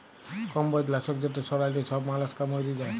কম্বজ লাছক যেট ছড়াইলে ছব মলাস্কা মইরে যায়